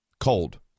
Cold